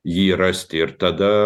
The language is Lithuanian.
jį rasti ir tada